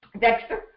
Dexter